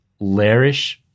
lairish